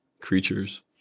creatures